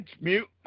mute